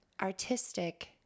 artistic